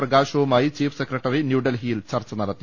പ്രകാശവുമായി chief secretary ന്യൂഡൽഹിയിൽ ചർച്ച നടത്തി